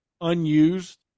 unused